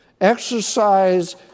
Exercise